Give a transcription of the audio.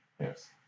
Yes